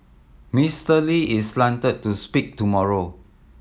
Mister Lee is slated to speak tomorrow